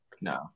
No